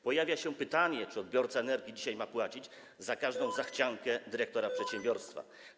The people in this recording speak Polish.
Pojawia się pytanie, czy odbiorca energii ma płacić za każdą zachciankę dyrektora przedsiębiorstwa.